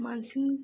Mansingh